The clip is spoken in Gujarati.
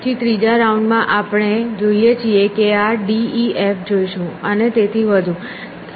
પછી ત્રીજા રાઉન્ડ માં આપણે જોઈએ છીએ કે આ d e f જોઈશું અને તેથી વધુ